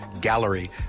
gallery